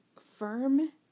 firm